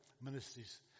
ministries